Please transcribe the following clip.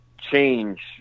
change